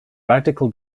radical